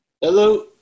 Hello